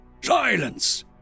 Silence